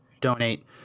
donate